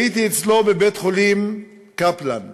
הייתי אצלו בבית-חולים קפלן.